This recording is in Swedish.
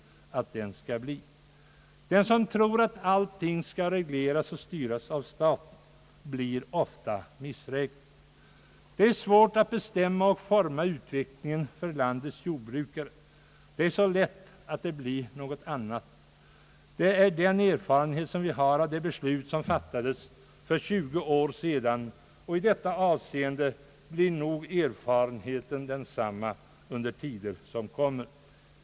Den som tror att allting skall regleras och styras av staten blir ofta missräknad. Det är svårt att bestämma och forma utvecklingen för landets jordbrukare: Det händer så lätt att resultatet blir annorlunda mot vad man tänkt sig. Det är den erfarenhet som vi har av det beslut, som fattades för tjugo år sedan, och i detta avseende blir nog erfarenheten densamma under tider som kommer.